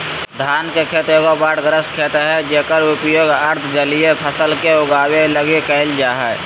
धान के खेत एगो बाढ़ग्रस्त खेत हइ जेकर उपयोग अर्ध जलीय फसल के उगाबे लगी कईल जा हइ